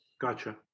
gotcha